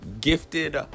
gifted